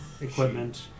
equipment